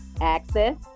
access